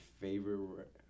favorite